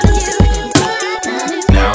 Now